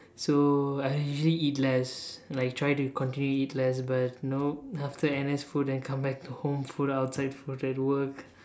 so I'll usually eat less like tried to continue to eat less but no after N_S food then come back home food outside food at work